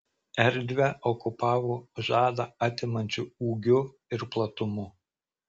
erdvę okupavo žadą atimančiu ūgiu ir platumu